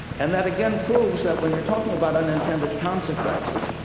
and that again proves that when you're talking about unintended consequences,